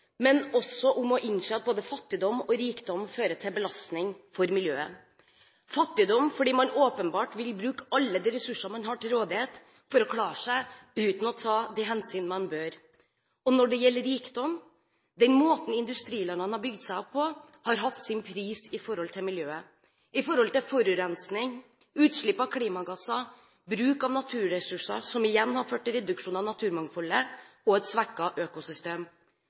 men også om å innse at både fattigdom og rikdom fører til belastning for miljøet – fattigdom fordi man åpenbart vil bruke alle de ressurser man har til rådighet, for å klare seg uten å ta de hensyn man bør, og når det gjelder rikdom, den måten industrilandene har bygd seg opp på, som har hatt sin pris i forhold til miljøet, i forhold til forurensning, utslipp av klimagasser og bruk av naturressurser, som igjen har ført til reduksjon av naturmangfoldet og et svekket økosystem.